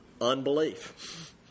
unbelief